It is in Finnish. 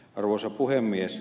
arvoisa puhemies